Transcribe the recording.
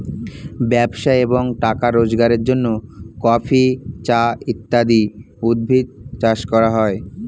ব্যবসা এবং টাকা রোজগারের জন্য কফি, চা ইত্যাদি উদ্ভিদ চাষ করা হয়